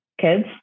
kids